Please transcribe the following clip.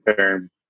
term